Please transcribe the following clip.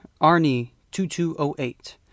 Arnie2208